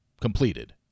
completed